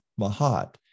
Mahat